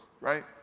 right